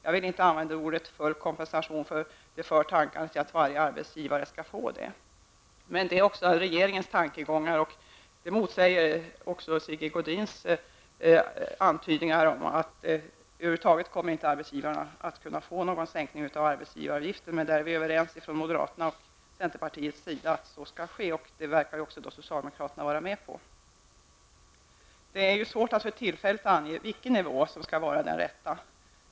Jag vill inte använda ordet full kompensation för det för tankarna till att varje arbetsgivare ska få det.'' Detta är regeringens tankegångar, och det motsäger Sigge Godins antydningar om att arbetsgivarna över huvud taget inte kommer att få någon sänkning av arbetsgivaravgiften. Moderaterna och centerpartiet är överens om att så skall ske, och det verkar också socialdemokraterna vara med på. Det är svårt att för tillfället ange vilken nivå som skall vara den rätta.